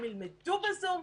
הם ילמדו בזום?